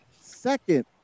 second